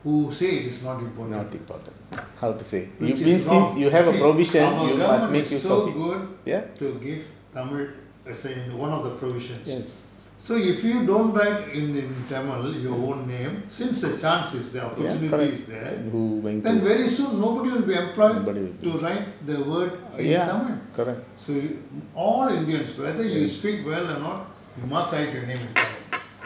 who say it is not important which is wrong see our government is so good to give tamil as in one of the provisions so if you don't write in tamil your own name since the chance is there the opportunity is there then very soon nobody will be employed to write the word in tamil so you all indians whether you speak well or not you must write your name in tamil